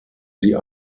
sie